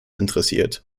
interessiert